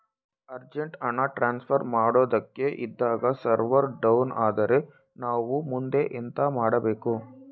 Urgent ಹಣ transfer ಮಾಡೋದಕ್ಕೆ ಇದ್ದಾಗ ಸರ್ವರ್ ಡೌನ್ ಆದರೆ ನಾವು ಮುಂದೆ ಎಂತ ಮಾಡಬೇಕು?